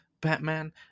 Batman